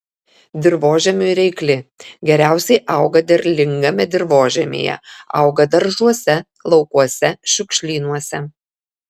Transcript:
dirvožemiui reikli geriausiai auga derlingame dirvožemyje auga daržuose laukuose šiukšlynuose